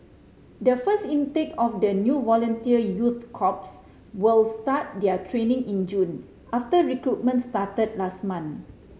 the first intake of the new volunteer youth corps will start their training in June after recruitment started last month